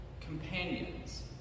companions